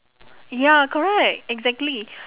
ya correct exactly